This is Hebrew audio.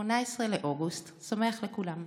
18 באוגוסט שמח לכולם,